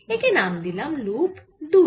একে নাম দিই লুপ দুই